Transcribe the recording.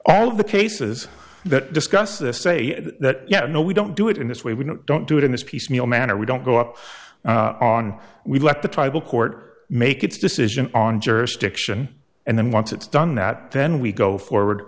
all of the cases that discuss this say that yeah you know we don't do it in this way we don't do it in this piecemeal manner we don't go up on we let the tribal court make its decision on jurisdiction and then once it's done that then we go forward